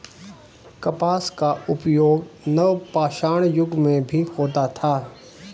कपास का उपयोग नवपाषाण युग में भी होता था